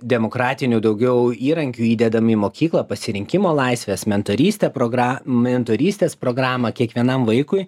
demokratinių daugiau įrankių įdedam į mokyklą pasirinkimo laisvę asmentaristę progra mentorystės programą kiekvienam vaikui